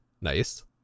nice